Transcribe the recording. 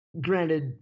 granted